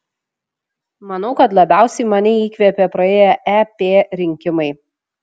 manau kad labiausiai mane įkvėpė praėję ep rinkimai